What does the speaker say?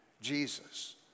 Jesus